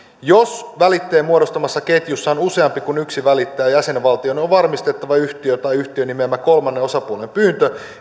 jos välittäjien muodostamassa ketjussa on useampia kuin yksi välittäjä jäsenvaltioiden on varmistettava että yhtiön tai yhtiön nimeämän kolmannen osapuolen pyyntö